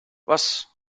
was